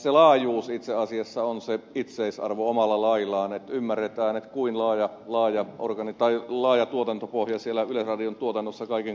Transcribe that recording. se laajuus itse asiassa on se itseisarvo omalla laillaan että ymmärretään kuinka laaja tuotantopohja siellä yleisradion tuotannossa kaiken kaikkiaan on